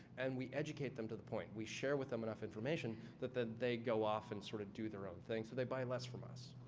and we educate them to the point we share with them enough information that that they go off and sort of do their own thing. so they buy less from us.